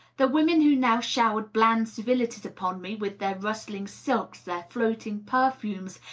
the women who now showered bland civilities upon me, with their rustling silks, their floating perfumes,